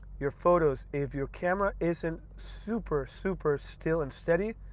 your photos, if your camera isn't super, super still and steady,